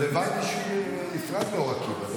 זה בא כיישוב נפרד מאור עקיבא.